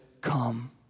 come